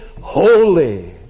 holy